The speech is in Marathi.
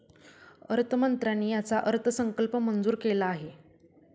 अर्थमंत्र्यांनी याचा अर्थसंकल्प मंजूर केला आहे